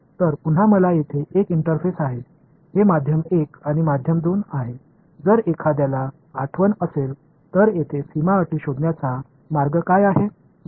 எனவே மீண்டும் எனக்கு இங்கே ஒரு இன்டெர்ஃபேஸ் உள்ளது இது ஊடகம் 1 மற்றும் ஊடகம் 2 யாருக்காவது நினைவில் இருந்தால் இங்கே ஒரு பௌண்டரி கண்டிஷன்ஸ் கண்டுபிடிப்பதற்கான வழி என்ன என்று சொல்லுங்கள்